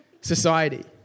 society